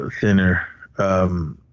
thinner